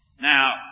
Now